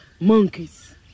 monkeys